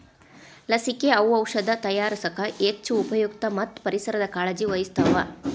ಲಸಿಕೆ, ಔಔಷದ ತಯಾರಸಾಕ ಹೆಚ್ಚ ಉಪಯುಕ್ತ ಮತ್ತ ಪರಿಸರದ ಕಾಳಜಿ ವಹಿಸ್ತಾವ